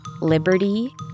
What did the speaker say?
Liberty